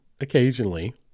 occasionally